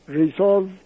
resolve